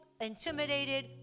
intimidated